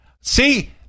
see